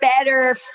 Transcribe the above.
better